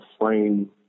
frame